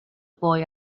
boy